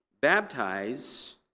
baptize